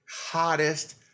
hottest